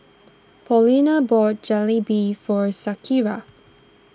Paulina bought Jalebi for Shakira